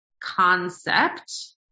concept